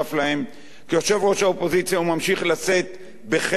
כיושב-ראש האופוזיציה הוא ממשיך לשאת בחלק מהנטל,